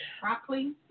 Broccoli